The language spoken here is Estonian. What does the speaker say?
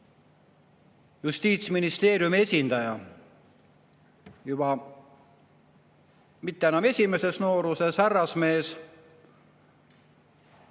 Justiitsministeeriumi esindaja, mitte enam esimeses nooruses härrasmees.